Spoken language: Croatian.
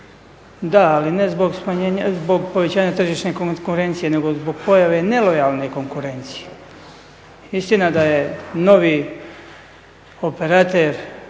Da, ali ne zbog povećanja tržišne konkurencije nego zbog pojave nelojalne konkurencije. Istina da je novi operater